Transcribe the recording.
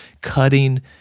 cutting